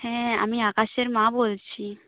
হ্যাঁ আমি আকাশের মা বলছি